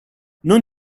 non